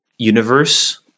universe